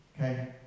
okay